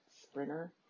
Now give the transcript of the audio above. sprinter